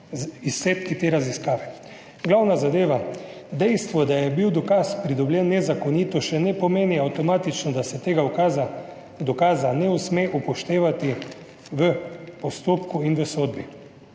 izsledki te raziskave. Glavna zadeva, dejstvo, da je bil dokaz pridobljen nezakonito še ne pomeni avtomatično, da se tega ukaza dokaza ne uspe upoštevati v postopku in v sodbi.